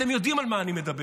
אתם יודעים על מה אני מדבר.